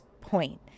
point